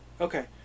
Okay